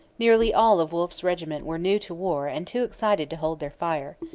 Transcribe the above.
nearly all of wolfe's regiment were new to war and too excited to hold their fire.